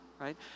right